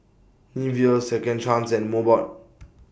Nivea Second Chance and Mobot